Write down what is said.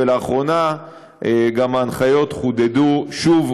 ולאחרונה ההנחיות חודדו שוב,